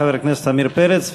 חבר הכנסת עמיר פרץ,